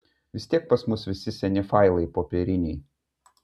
vis tiek pas mus visi seni failai popieriniai